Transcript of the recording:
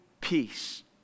peace